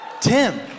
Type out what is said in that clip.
Tim